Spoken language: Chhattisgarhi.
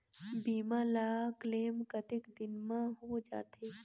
बीमा ला क्लेम कतेक दिन मां हों जाथे?